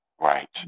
Right